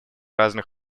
разных